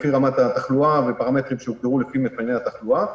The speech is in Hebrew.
לפי רמת התחלואה והפרמטרים שנקבעו לפי נתוני התחלואה.